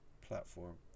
platform